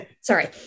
Sorry